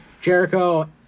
Jericho